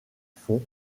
fonds